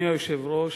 אדוני היושב-ראש,